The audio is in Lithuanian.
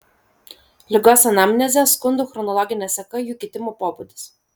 ligos anamnezė skundų chronologinė seka jų kitimo pobūdis